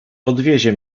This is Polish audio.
podwiezie